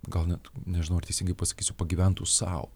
gal net nežinau ar teisingai pasakysiu pagyventų sau